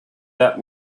that